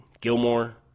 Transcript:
Gilmore